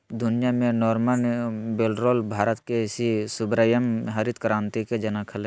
दुनिया में Norman Borlaug Bharat के सी सुब्रमण्यम हरित क्रांति के जनक हलई